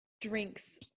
drinks